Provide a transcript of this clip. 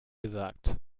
gesagt